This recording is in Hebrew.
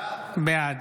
בעד